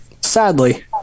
sadly